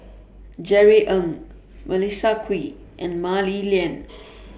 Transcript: Jerry Ng Melissa Kwee and Mah Li Lian